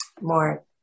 more